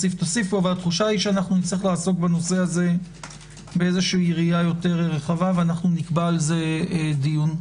התחושה היא שנצטרך לעסוק בנושא הזה ביריעה יותר רחבה ונקבע על זה דיון,